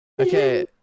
Okay